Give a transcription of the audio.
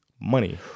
money